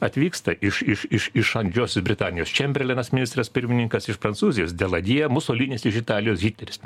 atvyksta iš iš iš didžiosios britanijos čemberlenas ministras pirmininkas iš prancūzijos deladjė musolinis iš italijos hitleris